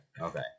okay